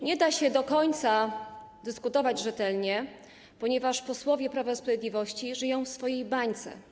Nie da się do końca dyskutować rzetelnie, ponieważ posłowie Prawa i Sprawiedliwości żyją w swojej bańce.